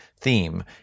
theme